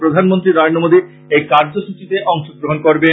প্রধানমন্ত্রী নরেন্দ্র মোদী এই কার্যসূচিতে অংশ গ্রহন করবেন